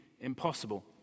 impossible